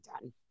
done